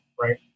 right